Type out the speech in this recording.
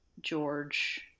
George